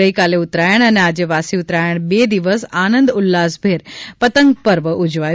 ગઇકાલે ઉત્તરાયણ અને આજે વાસી ઉત્તરાયણ બે દિવસ આનંદ ઉલ્લાસભેર પતંગ પર્વ ઉજવાયો